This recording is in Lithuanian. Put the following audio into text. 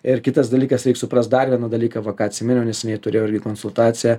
ir kitas dalykas reik suprast dar vieną dalyką va ką atsiminiau neseniai turėjau irgi konsultaciją